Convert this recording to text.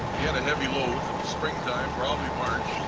he had a heavy load in the springtime, probably march.